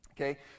Okay